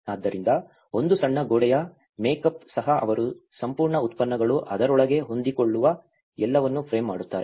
ಆದ್ದರಿಂದ ಒಂದು ಸಣ್ಣ ಗೋಡೆಯ ಮೇಕ್ಅಪ್ ಸಹ ಅವರ ಸಂಪೂರ್ಣ ಉತ್ಪನ್ನಗಳು ಅದರೊಳಗೆ ಹೊಂದಿಕೊಳ್ಳುವ ಎಲ್ಲವನ್ನೂ ಫ್ರೇಮ್ ಮಾಡುತ್ತದೆ